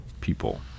people